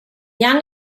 young